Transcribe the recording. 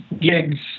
gigs